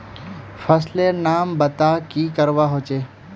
फसल लेर नाम बता की करवा होचे?